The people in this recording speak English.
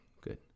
good